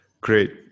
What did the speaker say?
Great